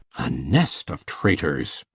a nest of traitors?